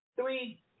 three